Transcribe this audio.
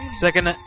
Second